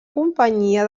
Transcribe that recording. companyia